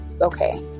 okay